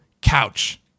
couch